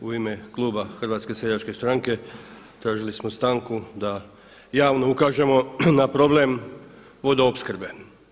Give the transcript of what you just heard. U ime kluba HSS-a tražili smo stanku da javno ukažemo na problem vodoopskrbe.